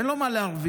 אין לו מה להרוויח,